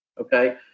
Okay